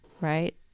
right